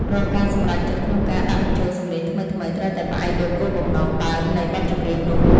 រាល់ការសម្រេចចិត្តក្នុងការដាក់បញ្ចូលសំឡេងថ្មីៗត្រូវតែផ្អែកលើគោលបំណងដើមនៃបទចម្រៀងនោះ។